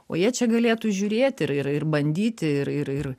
o jie čia galėtų žiūrėt ir ir ir bandyti ir ir ir